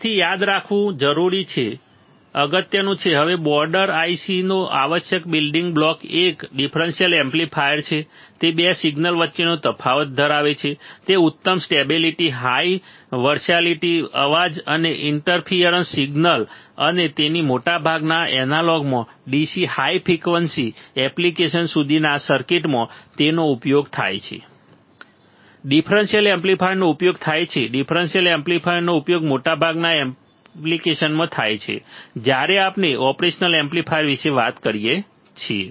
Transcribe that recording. તેથી તે યાદ રાખવું ખૂબ જ અગત્યનું છે હવે બોર્ડર IC નો આવશ્યક બિલ્ડિંગ બ્લોક એક ડિફરન્સીયલ એમ્પ્લીફાયર છે તે 2 સિગ્નલ્સ વચ્ચેનો તફાવત વધારે છે ઉત્તમ સ્ટેબિલિટી હાઈ વર્સેટિલિટી અવાજ અને ઇન્ટરફિઅરન્સ સિગ્નલ અને તેથી મોટાભાગના એનાલોગમાં DC હાઇ ફ્રીક્વન્સી એપ્લીકેશન સુધીના સર્કિટમાં તેનો ઉપયોગ થાય છે ડિફરન્સીયલ એમ્પ્લીફાયરનો ઉપયોગ થાય છે ડિફરન્સીયલ એમ્પ્લીફાયરનો ઉપયોગ મોટાભાગના એપ્લિકેશનમાં થાય છે જ્યારે આપણે ઓપરેશનલ એમ્પ્લીફાયર વિશે વાત કરીએ છીએ